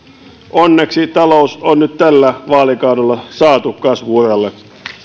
onneksi talous on nyt tällä vaalikaudella saatu kasvu uralle